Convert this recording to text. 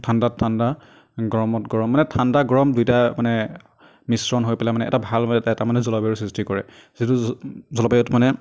ঠাণ্ডাত ঠাণ্ডা গৰমত গৰম মানে ঠাণ্ডা গৰম দুয়োটাই মানে মিশ্ৰণ হৈ পেলাই মানে ভাল এটা মানে জলবায়ুৰ সৃষ্টি কৰে যিটো জ জ জলবায়ুত মানে